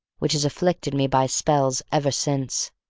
which has afflicted me by spells ever since.